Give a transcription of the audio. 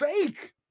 fake